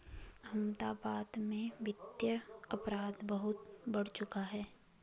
अहमदाबाद में वित्तीय अपराध बहुत बढ़ चुका है